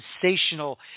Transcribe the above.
sensational